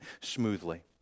smoothly